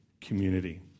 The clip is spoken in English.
community